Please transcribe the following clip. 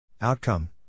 Outcome